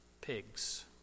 pigs